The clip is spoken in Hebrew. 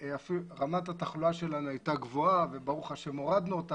רמת התחלואה שלנו הייתה גבוהה וברוך השם הורדנו אותה.